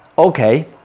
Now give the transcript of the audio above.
okay